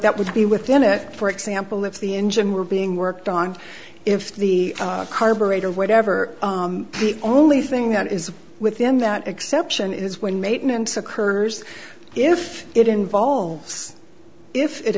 that would be within it for example if the engine were being worked on if the carburetor or whatever the only thing that is within that exception is when maintenance occurs if it involves if it